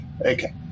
Okay